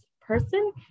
person